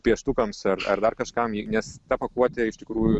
pieštukams ar ar dar kažkam ji nes ta pakuotė iš tikrųjų